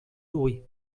hui